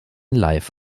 live